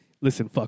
Listen